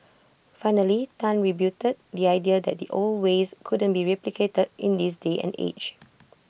finally Tan rebutted the idea that the old ways couldn't be replicated in this day and age